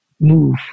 move